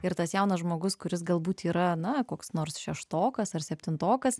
ir tas jaunas žmogus kuris galbūt yra na koks nors šeštokas ar septintokas